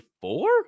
four